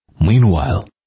Meanwhile